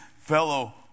fellow